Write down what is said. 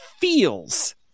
feels